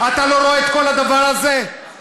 הם אלה שהכריחו אותנו לצאת לשלוש מלחמות,